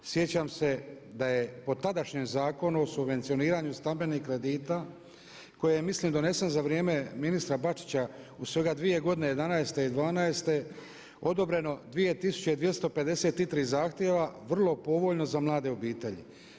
Sjećam se da je po tadašnjem Zakonu o subvencioniranju stambenih kredita koji je mislim donesen za vrijeme ministra Bačića u svega dvije godine, '11. i '12. odobreno 2253 zahtjeva vrlo povoljno za mlade obitelji.